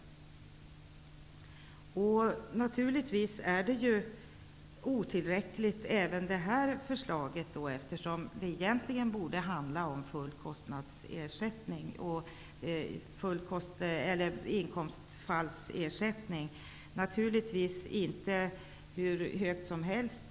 Naturligtvis är även detta förslag otillräckligt. Egentligen borde det handla om full kostnadsersättning och ersättning för inkomstbortfallet. Man kan givetvis inte gå hur högt som helst.